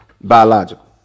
Biological